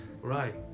Right